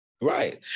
right